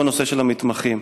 והוא הנושא של המתמחים.